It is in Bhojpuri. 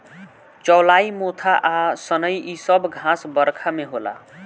चौलाई मोथा आ सनइ इ सब घास बरखा में होला